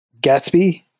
Gatsby